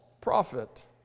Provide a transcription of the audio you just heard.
prophet